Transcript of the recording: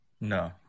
no